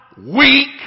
weak